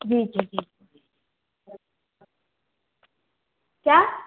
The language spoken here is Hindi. जी जी जी क्या